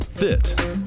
Fit